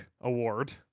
award